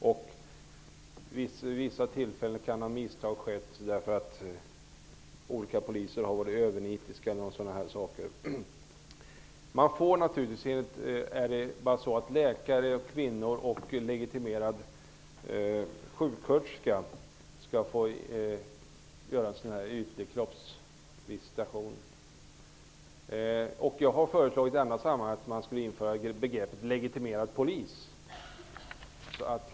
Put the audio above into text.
Vid vissa tillfällen kan dock misstag ha skett, därför att olika poliser har varit övernitiska. Läkare, kvinnor och legitimerade sjuksköterskor får alltså göra en ytlig kroppsvisitation. Jag har föreslagit att begreppet legitimerad polis införs.